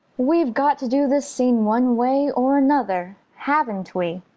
we've got to do this scene one way or another, haven't we?